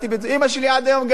אמא שלי עד היום גרה,